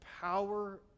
power